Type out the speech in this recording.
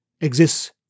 exists